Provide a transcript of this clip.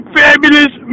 fabulous